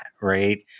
right